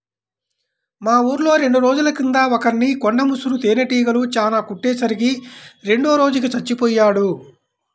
మా ఊర్లో రెండు రోజుల కింద ఒకర్ని కొండ ముసురు తేనీగలు చానా కుట్టే సరికి రెండో రోజుకి చచ్చిపొయ్యాడు